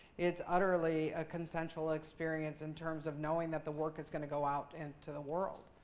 it's utterly a consensual experience in terms of knowing that the work is going to go out into the world.